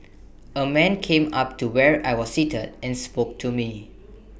A man came up to where I was seated and spoke to me